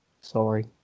Sorry